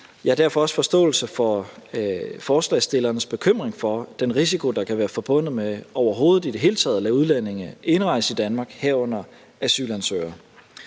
Jeg har derfor også forståelse for forslagsstillernes bekymring for den risiko, der kan være forbundet med overhovedet at lade udlændinge indrejse i Danmark i det hele taget,